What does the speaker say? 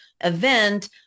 event